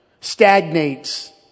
stagnates